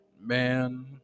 man